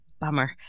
bummer